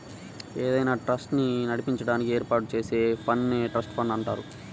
ఏదైనా ట్రస్ట్ ని నడిపించడానికి ఏర్పాటు చేసే ఫండ్ నే ట్రస్ట్ ఫండ్ అంటారు